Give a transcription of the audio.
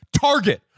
target